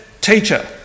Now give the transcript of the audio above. Teacher